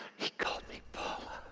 he called me paula